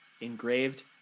engraved